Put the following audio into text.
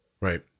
Right